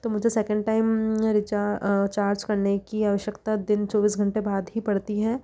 तो मुझे second time recharge करने की आवश्यकता दिन चौबीस घंटे बाद ही पड़ती है